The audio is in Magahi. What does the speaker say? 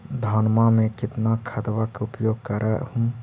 धानमा मे कितना खदबा के उपयोग कर हू?